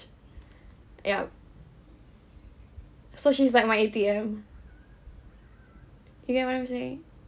ya so she's like my A_T_M you get what I'm saying